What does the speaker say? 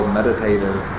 meditative